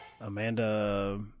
Amanda